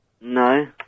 No